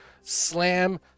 slam